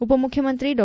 ಉಪಮುಖ್ಚುಮಂತ್ರಿ ಡಾ